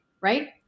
right